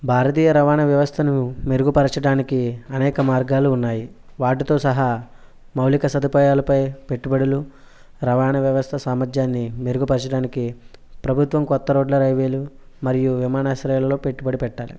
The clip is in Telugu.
భారతీయ రవాణా వ్యవస్థను మెరుగుపరచడానికి అనేక మార్గాలు ఉన్నాయి వాటితో సహా మౌలిక సదుపాయాలపై పెట్టుబడులు రవాణా వ్యవస్థ సామర్ధ్యాన్ని మెరుగుపరచడానికి ప్రభుత్వం కొత్త రోడ్ల రైల్వేలు మరియు విమానాశ్రయాలలో పెట్టుబడి పెట్టాలి